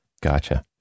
Gotcha